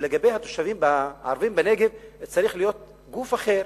ולגבי התושבים הערבים בנגב צריך להיות גוף אחר,